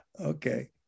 okay